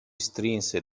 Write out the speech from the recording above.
strinse